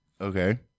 Okay